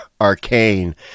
arcane